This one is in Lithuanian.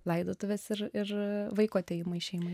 laidotuves ir ir vaiko atėjimą į šeimą